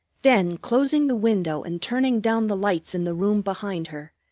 then closing the window and turning down the lights in the room behind her,